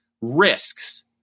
risks